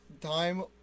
time